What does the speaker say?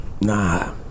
Nah